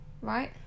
right